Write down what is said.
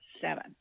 seven